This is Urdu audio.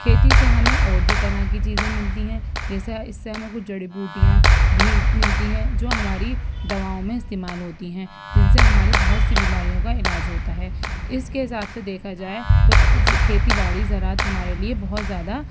کھیتی سے ہمیں اور بھی طرح کی چیزیں ملتی ہیں جیسے اس سے ہمیں کچھ جڑی بوٹیاں بھی ملتی ہیں جو ہماری دواؤں میں استعمال ہوتی ہیں جن سے ہماری بہت سی بیماریوں کا علاج ہوتا ہے اس کے حساب سے دیکھا جائے تو کھیتی باڑی زراعت ہمارے لیے بہت زیادہ